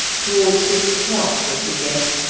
towards six o'clock, as he guessed,